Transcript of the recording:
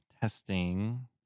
testing